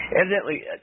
Evidently